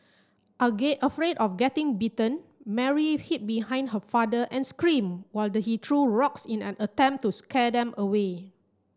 again afraid of getting bitten Mary hid behind her father and screamed while he threw rocks in an attempt to scare them away